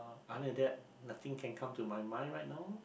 other than that nothing can come to my mind right now